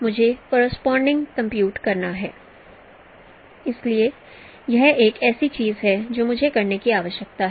मुझे corresponding compute करना है इसलिए यह एक ऐसी चीज है जो मुझे करने की आवश्यकता है